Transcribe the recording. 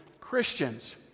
Christians